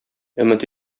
өмет